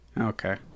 Okay